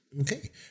okay